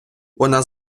вона